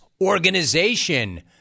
organization